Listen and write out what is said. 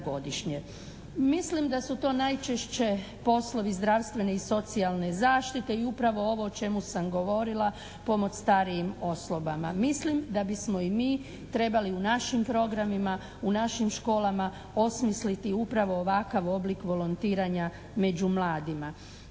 Mislim da su to najčešće poslovi zdravstvene i socijalne zaštite. I u pravo ovo o čemu sam govorila, pomoć starijim osobama. Mislim da bismo i mi trebali u našim programima, u našim školama osmisliti upravo ovakav oblik volontiranja među mladima.